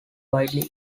widely